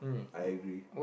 I agree